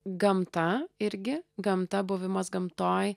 gamta irgi gamta buvimas gamtoj